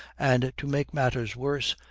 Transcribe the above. and, to make matters worse,